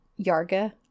yarga